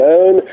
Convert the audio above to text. own